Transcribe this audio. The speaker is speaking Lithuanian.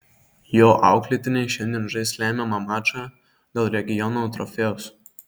jo auklėtiniai šiandien žais lemiamą mačą dėl regiono trofėjaus